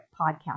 podcast